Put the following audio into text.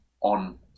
on